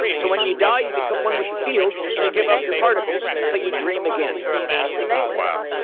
so when you die you become one with the field and you give up your particles until you dream again wow.